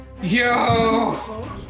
Yo